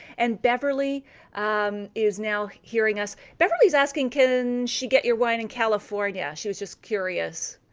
and beverly is now hearing us. beverly's asking, can she get your wine in california? she was just curious.